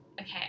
okay